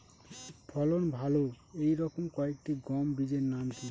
ফলন ভালো এই রকম কয়েকটি গম বীজের নাম কি?